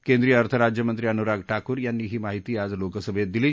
केंद्रीय अर्थराज्यमंत्री अनुराग ठाकूर यांनी ही माहिती आज लोकसभेत दिली